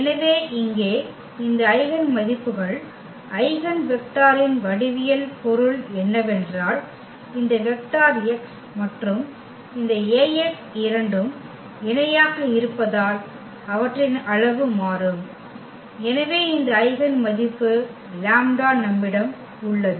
எனவே இங்கே இந்த ஐகென் மதிப்புகள் ஐகென் வெக்டாரின் வடிவியல் பொருள் என்னவென்றால் இந்த வெக்டர் x மற்றும் இந்த Ax இரண்டும் இணையாக இருப்பதால் அவற்றின் அளவு மாறும் எனவே இந்த ஐகென் மதிப்பு லாம்ப்டா நம்மிடம் உள்ளது